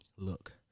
Look